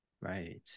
Right